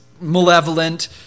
malevolent